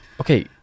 okay